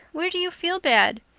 where do you feel bad?